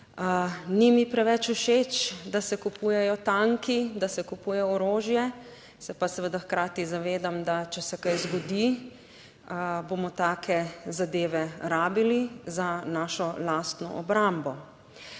Ni mi preveč všeč, da se kupujejo tanki, da se kupuje orožje, se pa seveda hkrati zavedam, da če se kaj zgodi, bomo take zadeve rabili za našo lastno obrambo.